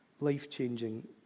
life-changing